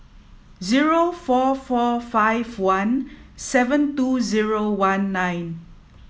zero four four five one seven two zero one nine